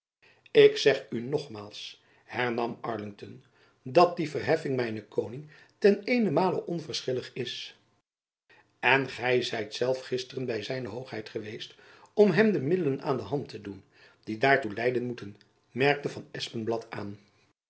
ik zeg u nogmaals hernam arlington dat die verheffing mijnen koning ten eenenmale onverschillig is en gy zijt zelf gisteren by z hoogheid geweest om hem de middelen aan de hand te doen die daartoe leiden moeten merkte van espenblad aan